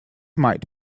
might